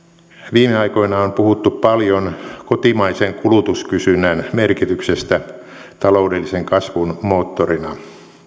viime aikoina on puhuttu paljon kotimaisen kulutuskysynnän merkityksestä taloudellisen kasvun moottorina